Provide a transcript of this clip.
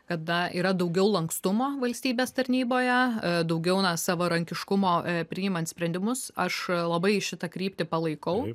kada yra daugiau lankstumo valstybės tarnyboje daugiau na savarankiškumo priimant sprendimus aš labai šitą kryptį palaikau